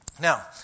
Now